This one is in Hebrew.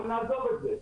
אבל נעזוב את זה.